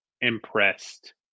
impressed